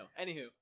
Anywho